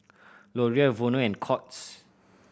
L'Oreal Vono and Courts